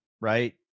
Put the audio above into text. right